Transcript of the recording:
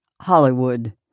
Hollywood